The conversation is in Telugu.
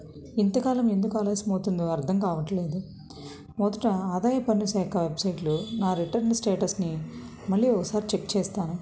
ఇంతకాలం ఎందుకు ఆలస్యం అవుతుందో అర్థం కావట్లేదు మొదట ఆదాయ పన్నుశాఖ వెబ్సైట్లో నా రిటర్న్ స్టేటస్ని మళ్ళీ ఒకసారి చెక్ చేస్తాను